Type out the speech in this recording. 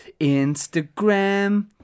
Instagram